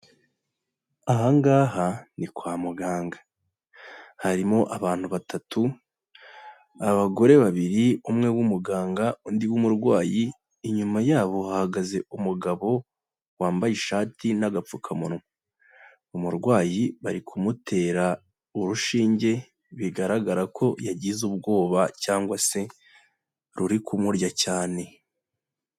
Aha ngaha ni kwa muganga. Harimo abantu batatu, abagore babiri umwe w'umuganga undi w'umurwayi, inyuma yabo hahagaze umugabo, wambaye ishati n'agapfukamunwa. Umurwayi bari kumutera urushinge, bigaragara ko yagize ubwoba, cyangwa se, ruri kumurya cyane.